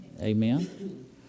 Amen